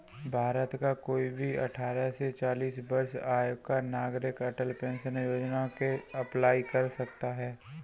भारत का कोई भी अठारह से चालीस वर्ष आयु का नागरिक अटल पेंशन योजना के लिए अप्लाई कर सकता है